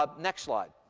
ah next slide